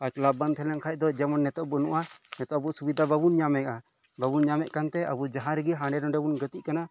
ᱟᱨ ᱠᱮᱞᱟᱯ ᱵᱟᱝ ᱛᱟᱦᱮᱞᱮᱱ ᱠᱷᱟᱱ ᱫᱚ ᱡᱮᱢᱚᱱ ᱱᱤᱛᱚᱜ ᱵᱟᱱᱩᱜᱼᱟ ᱱᱤᱛᱚᱜ ᱟᱵᱚ ᱥᱩᱵᱤᱫᱷᱟ ᱵᱟᱵᱚᱱ ᱧᱟᱢᱮᱫᱼᱟ ᱵᱟᱵᱚᱱ ᱧᱟᱢᱮᱫ ᱠᱟᱱᱛᱮ ᱟᱵᱚ ᱡᱟᱦᱟᱸᱨᱮᱜᱮ ᱦᱟᱸᱰᱮ ᱱᱟᱸᱰᱮ ᱵᱚᱱ ᱜᱟᱛᱮᱜ ᱠᱟᱱᱟ